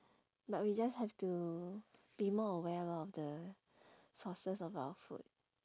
but we just have to be more aware lor of the sources of our food